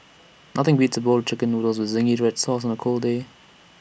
nothing beats A bowl of Chicken Noodles with Zingy Red Sauce on A cold day